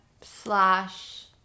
slash